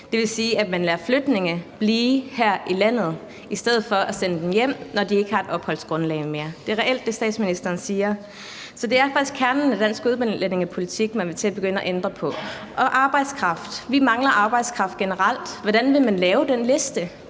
Det vil sige, at man lader flygtninge blive her i landet i stedet for at sende dem hjem, når de ikke har et opholdsgrundlag mere. Det er reelt det, statsministeren siger. Så det er faktisk kernen af dansk udlændingepolitik, man vil til at ændre på. Og hvad angår arbejdskraft, mangler vi arbejdskraft generelt. Hvordan vil man lave den liste?